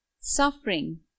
suffering